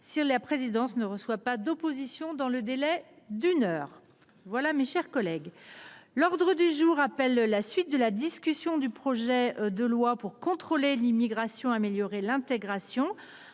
si la présidence ne reçoit pas d’opposition dans le délai d’une heure prévu par notre règlement. L’ordre du jour appelle la suite de la discussion du projet de loi pour contrôler l’immigration, améliorer l’intégration